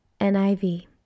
NIV